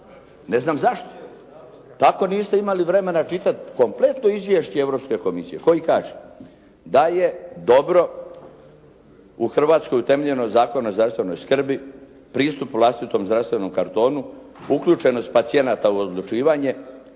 Ne znam zašto. Tako niste imali vremena čitati kompletno izvješće Europske komisije koji kaže da je dobro u Hrvatskoj utemeljen Zakon o zdravstvenoj skrbi, pristup vlastitom zdravstvenom kartonu, uključenost pacijenata u odlučivanje,